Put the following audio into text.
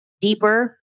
deeper